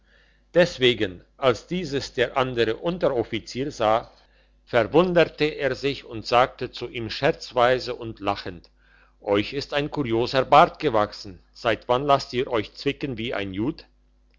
deswegen als dieses der andere unteroffizier sah verwunderte er sich und sagte zu ihm scherzweise und lachend euch ist ein kurioser bart gewachsen seit wann lasst ihr euch zwicken wie ein jud